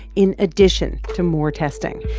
in addition to more testing,